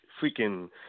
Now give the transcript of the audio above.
freaking